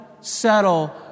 settle